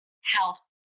health